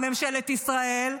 ממשלת ישראל,